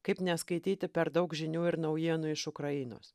kaip neskaityti per daug žinių ir naujienų iš ukrainos